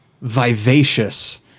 vivacious